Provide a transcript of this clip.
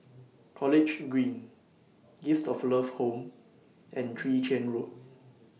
College Green Gift of Love Home and Chwee Chian Road